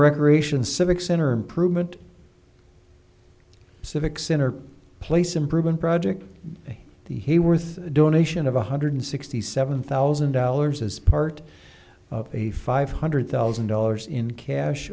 recreation civic center improvement civic center place improvement project to hayworth a donation of one hundred sixty seven thousand dollars as part of a five hundred thousand dollars in cash